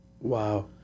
Wow